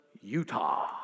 Utah